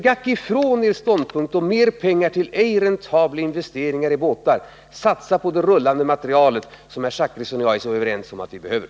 Gack ifrån er ståndpunkt om mera pengar till ej räntabla investeringar i båtar! Satsa på den rullande materielen, som herr Zachrisson och jag är så överens om att vi behöver!